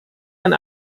ein